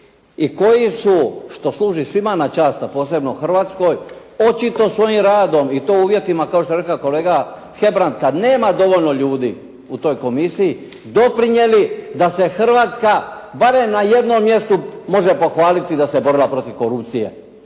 i koji su, što služi svima na čast a posebno Hrvatskoj, očito svojim radom i to u uvjetima kao što je rekao kolega Hebrang kad nema dovoljno ljudi u toj Komisiji doprinijeli da se Hrvatska barem na jednom mjestu može pohvaliti da se borila protiv korupcije.